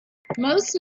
most